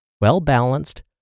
well-balanced